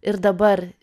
ir dabar